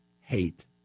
hate